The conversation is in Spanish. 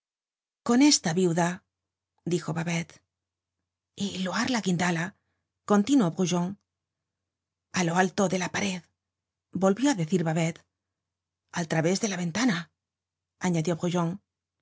con esta viuda dijo babet y luar la guindala continuó brujon a lo alto de la pared volvió á decir babet al través de la ventana añadió